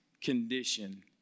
condition